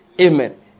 amen